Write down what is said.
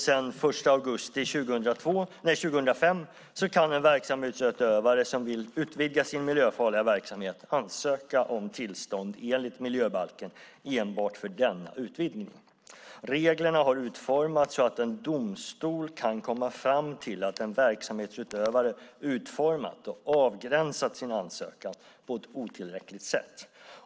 Sedan den 1 augusti 2005 kan en verksamhetsutövare som vill utvidga sin miljöfarliga verksamhet ansöka om tillstånd enligt miljöbalken enbart för denna utvidgning. Reglerna har utformats så att en domstol kan komma fram till att en verksamhetsutövare utformat och avgränsat sin ansökan på ett otillräckligt sätt.